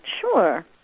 sure